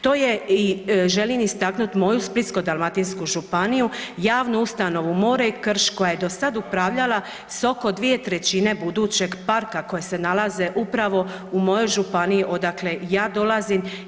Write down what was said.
To je i želim istaknuti moju Splitsko-dalmatinsku županiju, Javnu ustanovu More i krš koja je do sada upravljala s oko 2/3 budućeg parka koje se nalaze upravo u mojoj županiji odakle ja dolazim.